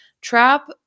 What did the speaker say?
trap